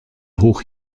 hoch